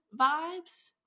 vibes